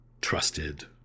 trusted